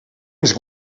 ens